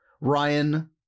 Ryan